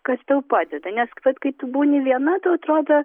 kas tau padeda nes vat kai tu būni viena tau atrodo